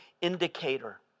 indicator